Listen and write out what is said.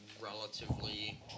relatively